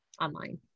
online